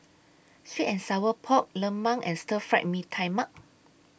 Sweet and Sour Pork Lemang and Stir Fried Mee Tai Mak